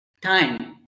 time